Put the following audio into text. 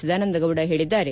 ಸದಾನಂದಗೌಡ ಹೇಳಿದ್ದಾರೆ